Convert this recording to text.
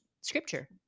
scripture